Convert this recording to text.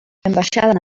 enbaxadan